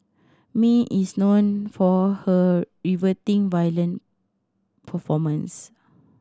Mae is known for her riveting violin performances